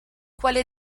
quale